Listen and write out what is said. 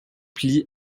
plis